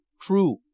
true